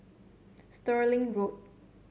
Stirling Road